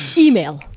email.